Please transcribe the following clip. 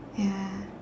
ya